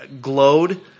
glowed